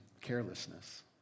carelessness